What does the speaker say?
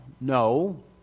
no